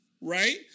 right